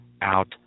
out